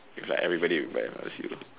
it's like everybody remembers you